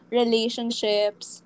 relationships